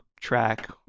track